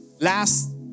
last